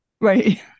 Right